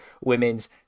women's